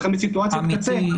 לכן בסיטואציות קצה,